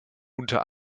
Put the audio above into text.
unter